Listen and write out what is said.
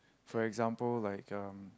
for example like um